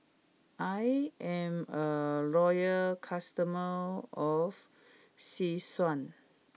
I am a loyal customer of Selsun